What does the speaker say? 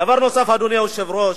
דבר נוסף, אדוני היושב-ראש: